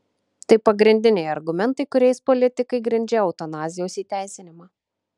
tai pagrindiniai argumentai kuriais politikai grindžia eutanazijos įteisinimą